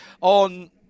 on